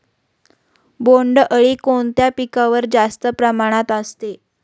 बोंडअळी कोणत्या पिकावर जास्त प्रमाणात असते?